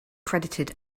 credited